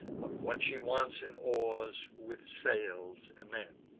but, what she wants in oars, with sails amends.